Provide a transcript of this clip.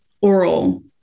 oral